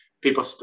people